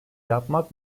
yapmak